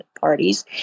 parties